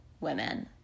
women